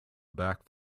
back